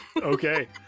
Okay